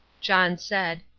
john said,